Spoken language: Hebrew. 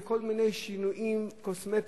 זה כל מיני שינויים קוסמטיים,